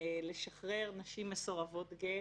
לשחרר נשים מסורבות גט